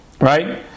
right